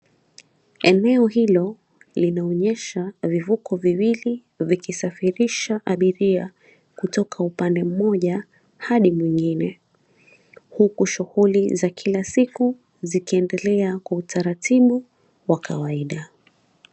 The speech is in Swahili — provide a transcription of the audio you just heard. Eneo hilo linaonyesha vivuko viwili, vikisafirisha abiria kutoka upande mmoja hadi mwengine, huku shughuli za kila siku zikiendelea kwa utaratibu wa kawaida.